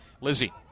Lizzie